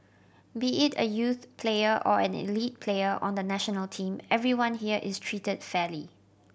be it a youth player or an elite player on the national team everyone here is treated fairly